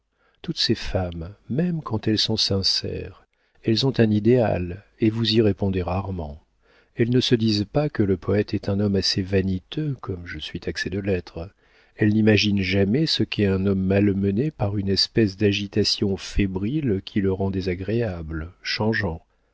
toutes ces femmes même quand elles sont sincères elles ont un idéal et vous y répondez rarement elles ne se disent pas que le poëte est un homme assez vaniteux comme je suis taxé de l'être elles n'imaginent jamais ce qu'est un homme malmené par une espèce d'agitation fébrile qui le rend désagréable changeant